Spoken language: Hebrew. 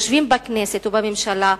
היושבים בכנסת ובממשלה,